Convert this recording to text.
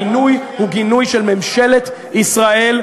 הגינוי הוא גינוי של ממשלת ישראל,